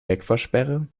wegfahrsperre